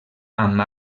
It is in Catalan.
amb